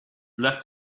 left